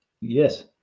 Yes